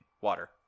water